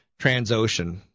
TransOcean